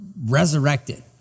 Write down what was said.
resurrected